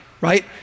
right